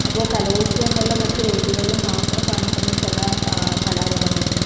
അപ്പോൾ കലോത്സവങ്ങളിലും മറ്റ് വേദികളിലും മാത്രം കാണപ്പെടുന്ന ചില കലാ രൂപങ്ങളുണ്ട്